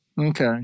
Okay